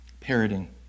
Parroting